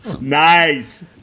Nice